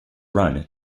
run